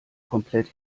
komplett